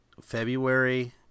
February